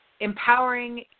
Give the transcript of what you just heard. empowering